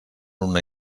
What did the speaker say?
una